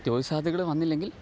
ജോലി സാദ്ധ്യതകൾ വന്നില്ലെങ്കിൽ